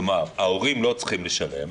כלומר ההורים לא צריכים לשלם,